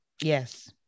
Yes